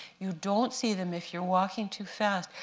you don't see them if you're walking too fast.